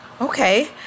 Okay